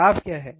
लाभ क्या है